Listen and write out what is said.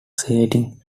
sailing